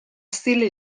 stile